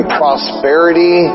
prosperity